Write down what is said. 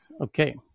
Okay